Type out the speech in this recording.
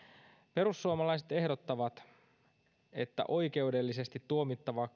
perussuomalaiset ehdottavat että oikeudellisesti tuomittavaa